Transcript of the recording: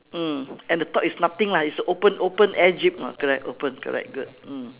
mm and the top is nothing lah is a open open air jeep lah correct open correct good mm